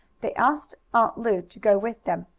they asked aunt lu to go with them,